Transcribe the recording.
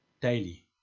daily